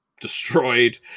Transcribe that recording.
destroyed